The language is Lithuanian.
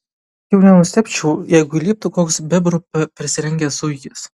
jau nenustebčiau jeigu įliptų koks bebru persirengęs zuikis